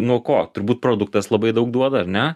nuo ko turbūt produktas labai daug duoda ar ne